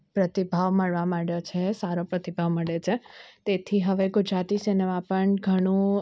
પ્રતિભાવ મળવા માંડ્યો છે સારો પ્રતિભાવ મળે છે તેથી હવે ગુજરાતી સિનેમા પણ ઘણું